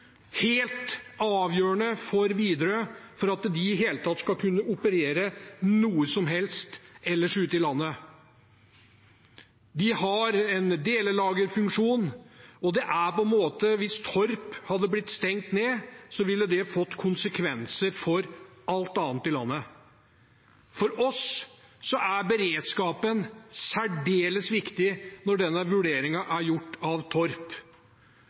helt avgjørende for Widerøe for at de i det hele tatt skal kunne operere noe som helst ellers ute i landet. De har en delelagerfunksjon, og det er slik at hvis Torp hadde blitt stengt ned, ville det fått konsekvenser for alt annet i landet. For oss har beredskapen vært særdeles viktig når denne vurderingen er gjort av Torp.